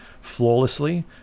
Flawlessly